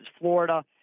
Florida